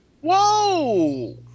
Whoa